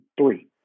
three